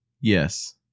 Yes